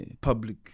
public